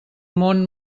món